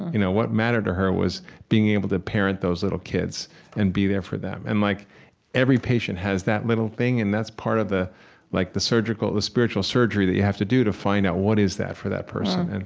you know what mattered to her was being able to parent those little kids and be there for them. and like every patient has that little thing, and that's part of the like the but spiritual surgery that you have to do to find out what is that for that person, and